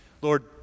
Lord